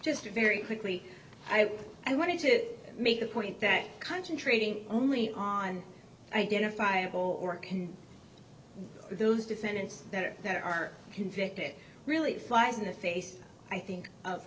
just very quickly i wanted to make the point that concentrating only on identifiable orcon those descendants that are that are convicted it really flies in the face i think of